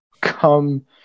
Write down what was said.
come